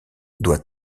doit